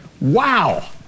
Wow